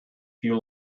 few